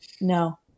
no